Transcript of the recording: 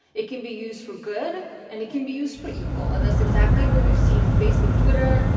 it can be used for good and it can be used for evil. and that's exactly what we've seen with facebook, twitter.